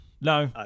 No